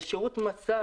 זה שירות אחר.